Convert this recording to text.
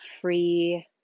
free